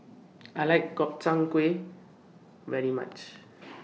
I like Gobchang Gui very much